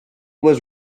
was